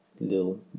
little